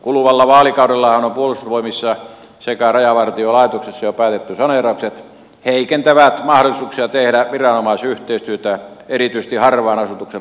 kuluvalla vaalikaudella puolustusvoimissa sekä rajavartiolaitoksessa jo päätetyt saneeraukset heikentävät mahdollisuuksia tehdä viranomaisyhteistyötä erityisesti harvan asutuksen alueella